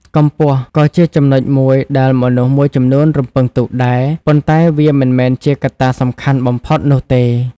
កម្ពស់ក៏ជាចំណុចមួយដែលមនុស្សមួយចំនួនរំពឹងទុកដែរ ប៉ុន្តែវាមិនមែនជាកត្តាសំខាន់បំផុតនោះទេ។